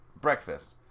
breakfast